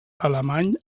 alemany